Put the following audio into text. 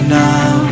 now